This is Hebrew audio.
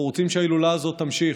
אנחנו רוצים שההילולה הזאת תמשיך,